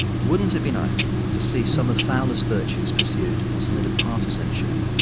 wouldn't it be nice to see some of fowler's virtues pursued instead of partisanship,